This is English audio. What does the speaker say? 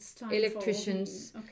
electricians